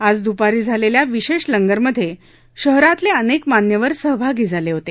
आज दुपारी झालेल्या विशेष लंगरमध्ये शहरातले अनेक मान्यवर सहभागी झाले होते